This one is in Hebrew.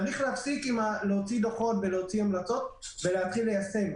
צריך להפסיק להוציא דוחות והמלצות ולהתחיל ליישם.